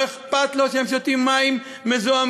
לא אכפת לו שהם שותים מים מזוהמים,